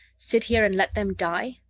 sit here and let them die?